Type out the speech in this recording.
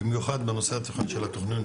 במיוחד בנושא התוכניות.